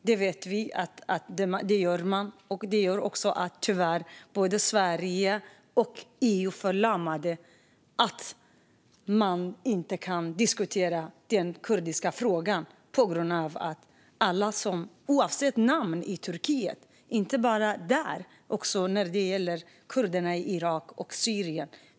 Det gör tyvärr att Sverige och EU är förlamade och inte kan diskutera den kurdiska frågan. Alla som diskuterar den kurdiska frågan i Turkiet kallas för terrorister, oavsett namn. Det gäller inte bara där utan också när det gäller kurderna i Irak och Syrien.